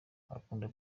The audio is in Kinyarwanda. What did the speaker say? akunda